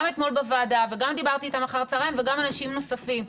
גם אתמול בוועדה וגם דיברתי איתם אחר הצהריים וגם אנשים נוספים,